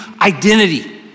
identity